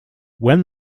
when